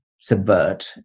subvert